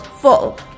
full